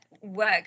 work